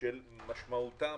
של משמעותם